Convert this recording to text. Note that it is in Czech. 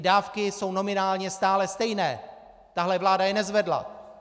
Dávky jsou nominálně stále stejné, tahle vláda je nezvedla!